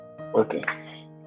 Okay